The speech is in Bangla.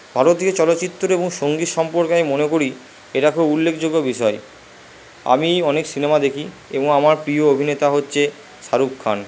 ভারতীয় চলচ্চিত্র এবং সঙ্গীত সম্পর্কে আমি মনে করি এরা খুব উল্লেখযোগ্য বিষয় আমি অনেক সিনেমা দেখি এবং আমার প্রিয় অভিনেতা হচ্ছে শাহরুখ খান